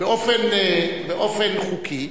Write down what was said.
באופן חוקי,